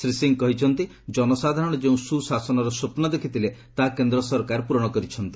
ଶ୍ରୀ ସିଂ କହିଛନ୍ତି ଜନସାଧାରଣ ଯେଉଁ ସୁଶାସନର ସ୍ୱପ୍ନ ଦେଖିଥିଲେ ତାହା କେନ୍ଦ୍ର ସରକାର ପୂରଣ କରିଛନ୍ତି